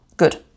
Good